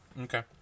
Okay